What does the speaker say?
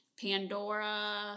Pandora